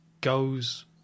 goes